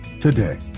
today